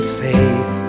safe